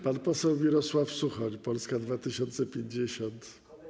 Pan poseł Mirosław Suchoń, Polska 2050.